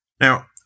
Now